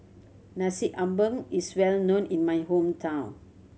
Nasi Ambeng is well known in my hometown